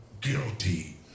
guilty